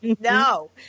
no